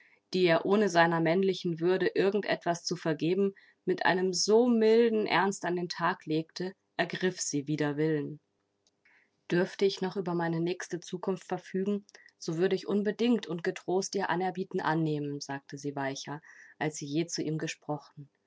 die er ohne seiner männlichen würde irgend etwas zu vergeben mit einem so milden ernst an den tag legte ergriff sie wider willen dürfte ich noch über meine nächste zukunft verfügen so würde ich unbedingt und getrost ihr anerbieten annehmen sagte sie weicher als sie je zu ihm gesprochen